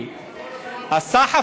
שהתחיל הסחף.